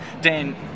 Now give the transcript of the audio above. Dan